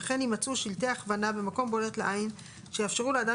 וכן יימצאו שלטי הכוונה במקום בולט לעין שיאפשרו לאדם